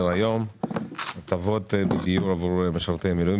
היום - הטבות בדיור עבור משרתי מילואים,